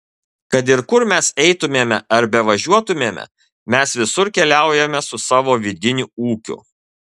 kad ir kur mes eitumėme ar bevažiuotumėme mes visur keliaujame su savo vidiniu ūkiu